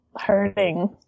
hurting